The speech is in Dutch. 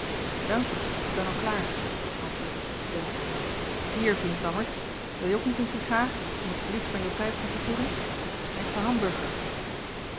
dankje ik ben al klaar antwoordde de student hier vriend lammertsz wilje ook niet een cigaar om t verlies van je pijp te vergoeden t is een echte hamburger